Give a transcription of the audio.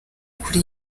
kuri